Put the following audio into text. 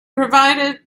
provided